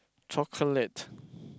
chocolate